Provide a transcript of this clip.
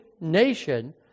nation